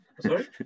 sorry